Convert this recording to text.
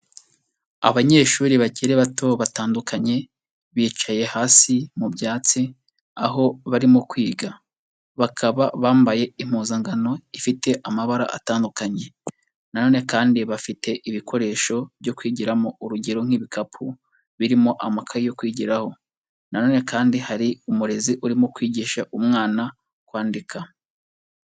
Abanyeshuri bakiri bato batandukanye bicaye hasi mu byatsi aho barimo kwiga, bakaba bambaye impuzankano ifite amabara atandukanye na none kandi bafite ibikoresho byo kwigiramo urugero nk'ibikapu birimo amakaye yo kwigiraho na none kandi hari umurezi urimo kwigisha umwana kwandika.